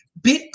Bitcoin